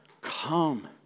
Come